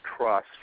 trust